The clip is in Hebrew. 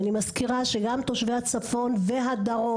אני מזכירה שגם תושבי הצפון והדרום